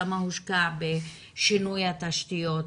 כמה הושקע בשינוי התשתיות,